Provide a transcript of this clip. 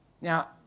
Now